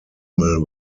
mill